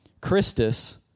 Christus